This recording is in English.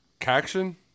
action